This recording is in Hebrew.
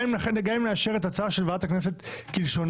גם אם נאשר את ההצעה של ועדת הכנסת כלשונה,